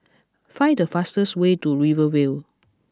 find the fastest way to Rivervale